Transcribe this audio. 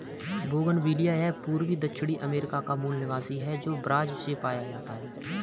bougainvillea यह पूर्वी दक्षिण अमेरिका का मूल निवासी है, जो ब्राज़ से पाया जाता है